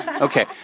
Okay